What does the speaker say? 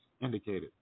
indicated